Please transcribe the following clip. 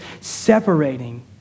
separating